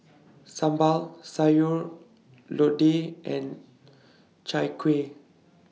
Sambal Sayur Lodeh and Chai Kuih